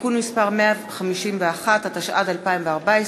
(תיקון מס' 151), התשע"ד 2014,